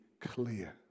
clear